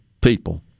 people